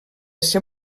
ser